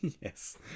Yes